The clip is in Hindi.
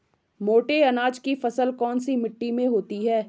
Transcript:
मोटे अनाज की फसल कौन सी मिट्टी में होती है?